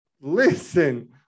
listen